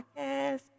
Podcast